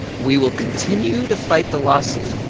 we will continue to fight the lawsuit,